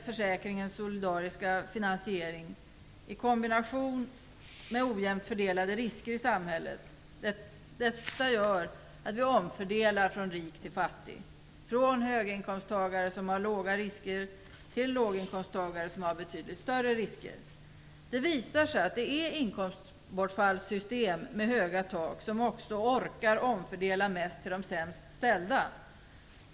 Försäkringens solidariska finansiering i kombination med ojämnt fördelade risker i samhället gör att vi omfördelar från rik till fattig, från höginkomsttagare som har låga risker till låginkomsttagare som har betydligt större risker. Det har visat sig att det är inkomstbortfallssystem med höga tak som klarar att omfördela mest till de sämst ställda.